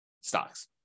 stocks